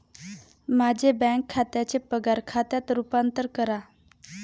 माझे बँक खात्याचे पगार खात्यात रूपांतर करा